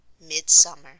Midsummer